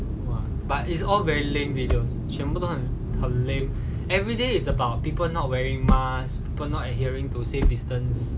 but it's all very lame video 全部都很 lame everyday is about people not wearing mask or not adhering to safe distance